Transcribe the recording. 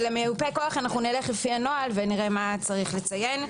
ולמיופה כוח אנחנו נלך לפי הנוהל ונראה מה צריך לציין.